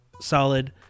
solid